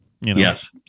Yes